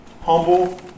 humble